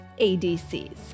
ADCs